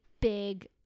big